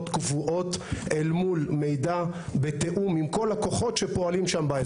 קבועות אל מול מידע בתאום עם כל הכוחות שפועלים שם באזור.